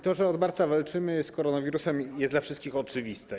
To, że od marca walczymy z koronawirusem, jest dla wszystkich oczywiste.